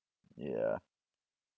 ya